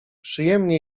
przyjemnie